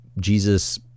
Jesus